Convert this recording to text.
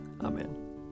Amen